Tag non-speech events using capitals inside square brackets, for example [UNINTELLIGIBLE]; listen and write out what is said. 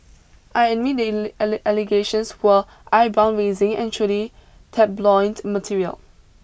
I admit the [UNINTELLIGIBLE] allegations were eyebrow raising and truly tabloid material